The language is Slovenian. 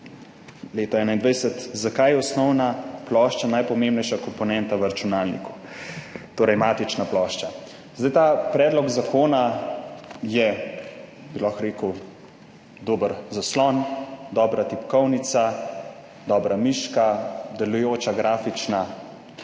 leta 2021, zakaj je osnovna plošča najpomembnejša komponenta v računalniku? Torej matična plošča. Zdaj ta predlog zakona je, bi lahko rekel, dober zaslon, dobra tipkovnica, dobra miška, delujoča grafična